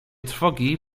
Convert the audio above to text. trwogi